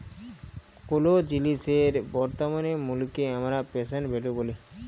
কোলো জিলিসের বর্তমান মুল্লকে হামরা প্রেসেন্ট ভ্যালু ব্যলি